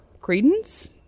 credence